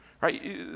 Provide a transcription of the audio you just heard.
right